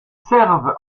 servent